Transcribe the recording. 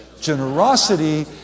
generosity